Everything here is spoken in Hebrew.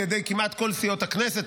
על ידי כמעט כל סיעות הכנסת,